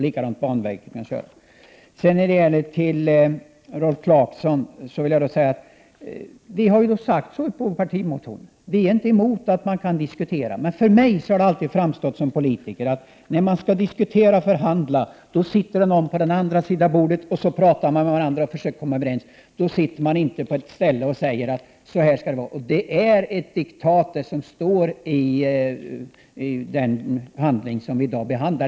Till Rolf Clarkson: Vi har ju sagt i partimotionen att vi inte är emot att man kan diskutera. Men för mig som politiker har det alltid framstått som rimligt, när man skall diskutera och förhandla, att det sitter någon på andra sidan bordet, och så talar man med varandra och försöker komma överens. Då sitter man inte och säger: ”Så här skall det vara.” Det som står i den handling vi i dag behandlar är ett diktat.